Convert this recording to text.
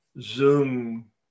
zoom